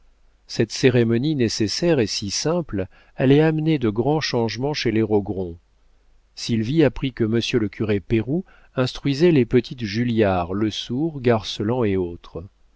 cette cérémonie nécessaire et si simple allait amener de grands changements chez les rogron sylvie apprit que monsieur le curé péroux instruisait les petites julliard lesourd garceland et autres